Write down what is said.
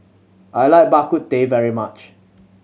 I like Bak Kut Teh very much